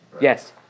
yes